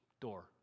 door